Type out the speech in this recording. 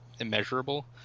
immeasurable